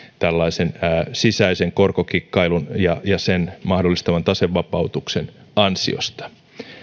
tällaisen sisäisen korkokikkailun ja sen mahdollistaman tasevapautuksen ansiosta